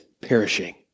perishing